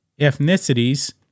ethnicities